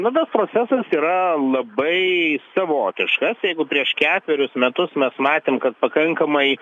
na tas procesas yra labai savotiškas jeigu prieš ketverius metus mes matėm kad pakankamai